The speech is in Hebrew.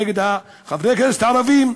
נגד חברי הכנסת הערבים.